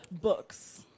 books